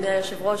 אדוני היושב-ראש,